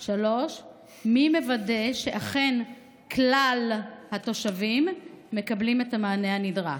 3. מי מוודא שאכן כלל התושבים מקבלים את המענה הנדרש?